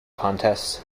contest